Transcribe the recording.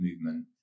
movement